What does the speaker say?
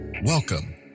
Welcome